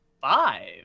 five